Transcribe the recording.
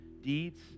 deeds